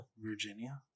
Virginia